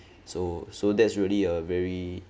so so that's really a very